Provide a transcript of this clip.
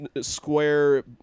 square